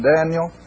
Daniel